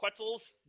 Quetzals